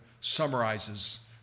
summarizes